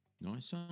Nice